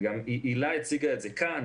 הילה הציגה את זה כאן,